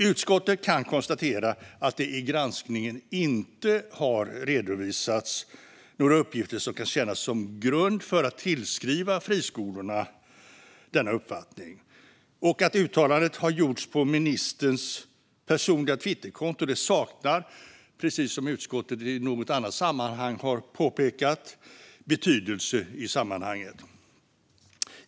Utskottet kan konstatera att det i granskningen inte har redovisats några uppgifter som kan tjäna som grund för att tillskriva friskolorna denna uppfattning. Och att uttalandet har gjorts på ministerns personliga Twitterkonto saknar, precis som utskottet har påpekat i ett annat ärende, betydelse i sammanhanget.